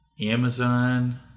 Amazon